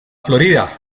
florida